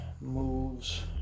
moves